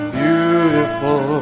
beautiful